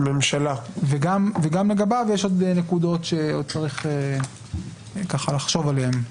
וגם לגביו יש עוד נקודות שצריך לחשוב עליהן,